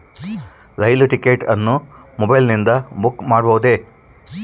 ರೈಲು ticket ಅನ್ನು ಮೊಬೈಲಿಂದ book ಮಾಡಬಹುದೆ?